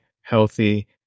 healthy